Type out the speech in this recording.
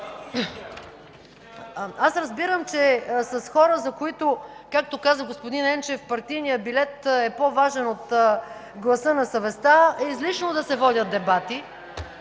Аз разбирам, че с хора, за които, както каза господин Енчев, партийният билет е по-важен от гласа на съвестта, е излишно да се водят дебати!